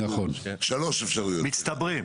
מצטברים.